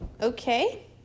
Okay